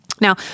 Now